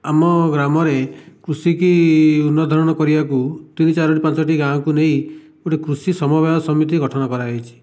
ଆମ ଗ୍ରାମରେ କୃଷିକି ଉନ୍ନତ ଧରଣ କରିବାକୁ ତିନୋଟି ଚାରୋଟି ପାଞ୍ଚୋଟି ଗାଁକୁ ନେଇ ଗୋଟିଏ କୃଷି ସମବାୟ ସମିତି ଗଠନ କରାଯାଇଛି